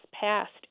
passed